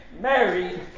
Married